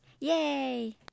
Yay